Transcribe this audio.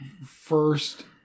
first